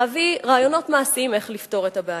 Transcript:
להביא רעיונות מעשיים איך לפתור את הבעיה.